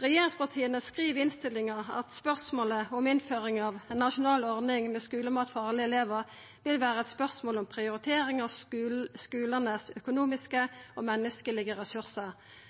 Regjeringspartia skriv i innstillinga at spørsmålet om innføring av ei nasjonal ordning med skulemat for alle elevar vil vera eit spørsmål om prioritering av dei økonomiske og